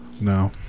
No